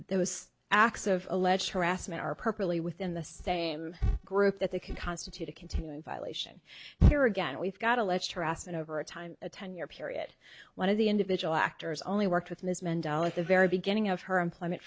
there was acts of alleged harassment are perfectly within the same group that they can constitute a continuing violation here again we've got alleged harassment over a time a ten year period one of the individual actors only worked with ms mandela the very beginning of her employment